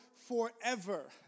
forever